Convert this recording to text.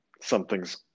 something's